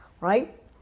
right